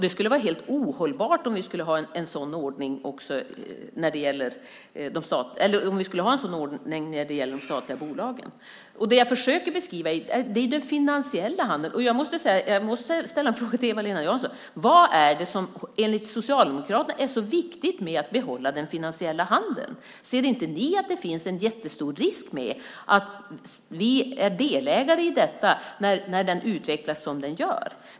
Det skulle vara helt ohållbart om vi skulle ha en sådan ordning när det gäller de statliga bolagen. Det jag försöker beskriva är den finansiella handeln. Jag måste ställa en fråga till Eva-Lena Jansson: Vad är det, enligt Socialdemokraterna, som är så viktigt med att behålla den finansiella handeln? Ser inte ni att det finns en jättestor risk med att vi är delägare i detta när den utvecklas som den gör?